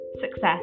success